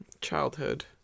childhood